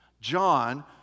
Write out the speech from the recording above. John